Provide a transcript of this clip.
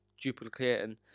duplicating